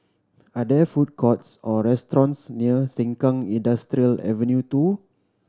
are there food courts or restaurants near Sengkang Industrial Avenue Two